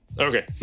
Okay